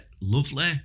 lovely